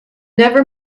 never